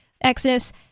Exodus